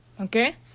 Okay